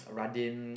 Radin